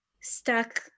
stuck